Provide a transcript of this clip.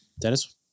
Dennis